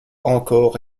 encore